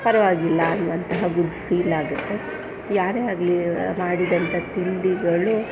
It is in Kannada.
ಪರವಾಗಿಲ್ಲ ಅನ್ನುವಂತಹ ಗುಡ್ ಫೀಲಾಗುತ್ತೆ ಯಾರೇ ಆಗಲಿ ಮಾಡಿದಂಥ ತಿಂಡಿಗಳು